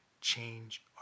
change